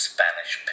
Spanish